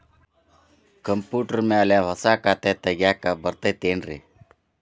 Computer ಮ್ಯಾಲೆ ಹೊಸಾ ಖಾತೆ ತಗ್ಯಾಕ್ ಬರತೈತಿ ಏನ್ರಿ?